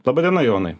laba diena jonai